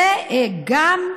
וגם,